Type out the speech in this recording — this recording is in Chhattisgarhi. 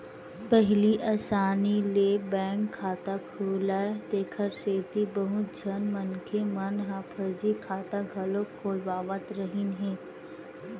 पहिली असानी ले बैंक खाता खुलय तेखर सेती बहुत झन मनखे मन ह फरजी खाता घलो खोलवावत रिहिन हे